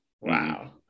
Wow